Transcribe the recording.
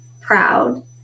proud